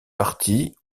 partie